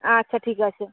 আচ্ছা ঠিক আছে